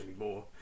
anymore